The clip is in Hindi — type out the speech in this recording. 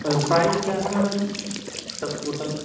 पर प्राइज क्या है मैडम सब टोटल